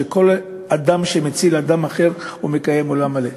שכל אדם שמציל אדם אחר מקיים עולם מלא.